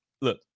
look